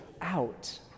out